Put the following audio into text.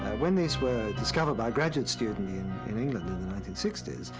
when these were discovered by a graduate student in england in the nineteen sixty s,